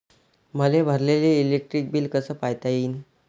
मले भरलेल electric bill कस पायता येईन?